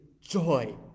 joy